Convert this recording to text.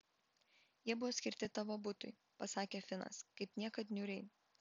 jie buvo skirti tavo butui pasakė finas kaip niekad niūriai